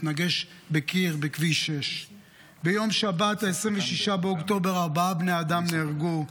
התנגש בקיר בכביש 6. ביום שבת 26 באוקטובר ארבעה בני אדם נהרגו: